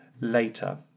later